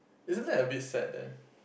isn't that a bit sad then